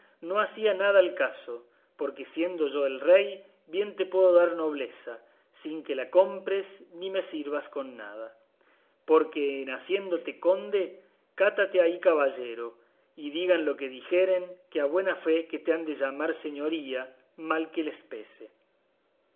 no hacía nada al caso porque siendo yo el rey bien te puedo dar nobleza sin que la compres ni me sirvas con nada porque en haciéndote conde cátate ahí caballero y digan lo que dijeren que a buena fe que te han de llamar señoría mal que les pese